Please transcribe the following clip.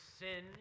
sin